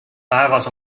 päevas